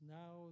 now